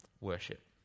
worship